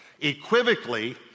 Equivocally